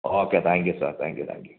okay thank you sir thank you thank you